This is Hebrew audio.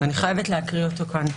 ואני חייבת להקריא אותו כאן: